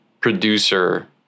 producer